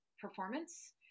performance